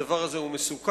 הדבר הזה הוא מסוכן,